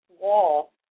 wall